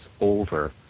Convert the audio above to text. over